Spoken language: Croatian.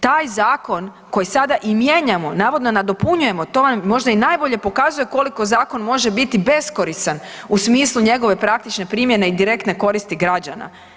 Taj zakon koji sada i mijenjamo, navodno nadopunjujemo, to nam možda i najbolje pokazuje koliko zakon može biti beskoristan u smislu njegove praktične primjene i direktne koristi građana.